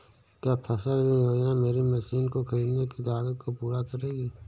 क्या फसल ऋण योजना मेरी मशीनों को ख़रीदने की लागत को पूरा करेगी?